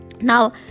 Now